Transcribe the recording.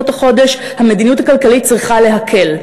את החודש המדיניות הכלכלית צריכה להקל.